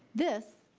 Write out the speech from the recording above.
this,